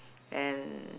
and